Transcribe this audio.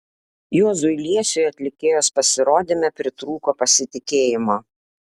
juozui liesiui atlikėjos pasirodyme pritrūko pasitikėjimo